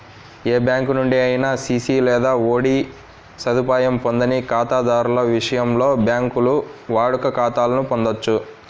ఏ bank నుండి అయినా CC లేదా ఓడి సదుపాయం పొందని ఖాతాదారుల విషయంలో, బ్యాంకులు వాడుక ఖాతాలను పొందొచ్చు